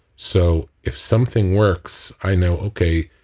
so, if something works, i know, okay,